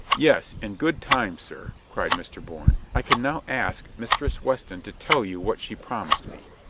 yes, in good time, sir, cried mr. bourne. i can now ask mistress weston to tell you what she promised me.